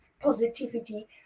positivity